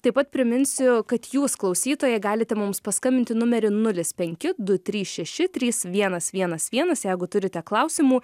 taip pat priminsiu kad jūs klausytojai galite mums paskambinti numeriu nulis penki du trys šeši trys vienas vienas vienas jeigu turite klausimų